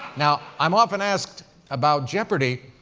now, i'm often asked about jeopardy